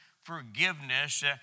forgiveness